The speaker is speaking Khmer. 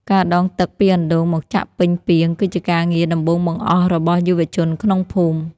ការដងទឹកពីអណ្តូងមកចាក់ពេញពាង គឺជាការងារដំបូងបង្អស់របស់យុវជនក្នុងភូមិ។